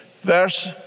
Verse